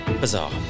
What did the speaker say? Bizarre